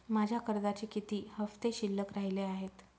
माझ्या कर्जाचे किती हफ्ते शिल्लक राहिले आहेत?